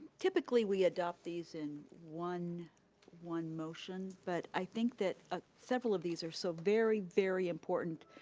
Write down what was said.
typically we adopt these in one one motion, but i think that ah several of these are so very, very important,